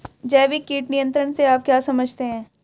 जैविक कीट नियंत्रण से आप क्या समझते हैं?